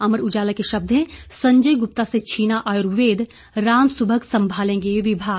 अमर उजाला के शब्द हैं संजय गुप्ता से छीना आयुर्वेद रामसुभग संभालेंगे विभाग